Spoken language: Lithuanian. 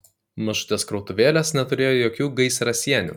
mažutės krautuvėlės neturėjo jokių gaisrasienių